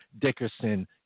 Dickerson